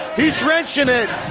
he's wrenching it.